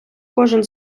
кожен